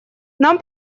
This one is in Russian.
нам